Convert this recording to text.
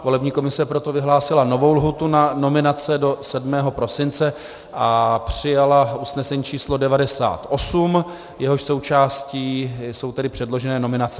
Volební komise proto vyhlásila novou lhůtu na nominace do 7. prosince a přijala usnesení číslo 98, jehož součástí jsou tedy předložené nominace.